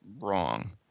wrong